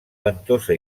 ventosa